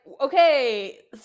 okay